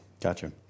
Gotcha